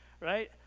Right